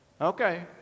Okay